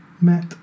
met